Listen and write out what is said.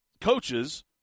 coaches